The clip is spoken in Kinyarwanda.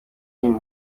inyuma